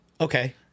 Okay